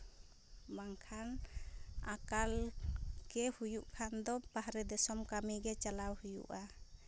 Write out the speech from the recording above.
ᱵᱟᱝᱠᱷᱟᱱ ᱟᱠᱟᱞ ᱜᱮ ᱦᱩᱭᱩᱜ ᱠᱷᱟᱱ ᱫᱚᱵᱟᱦᱨᱮ ᱫᱤᱥᱚᱢ ᱠᱟᱹᱢᱤ ᱜᱮ ᱪᱟᱞᱟᱜ ᱦᱩᱭᱩᱜᱼᱟ